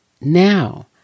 Now